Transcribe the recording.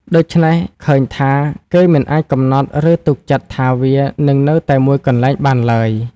ដូច្នេះ ឃើញថា គេមិនអាចកំណត់ ឬទុកចិត្តថាវានឹងនៅតែមួយកន្លែងបានឡើយ ។